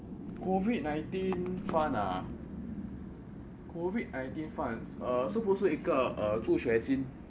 COVID nineteen fund ah COVID nineteen fund uh 是不是一个呃助学金:shi bu shi yi ge eai zhu xue jin